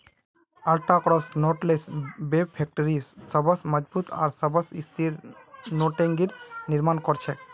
ultra cross knotless web factory सबस मजबूत आर सबस स्थिर नेटिंगेर निर्माण कर छेक